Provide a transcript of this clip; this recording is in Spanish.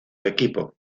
equipo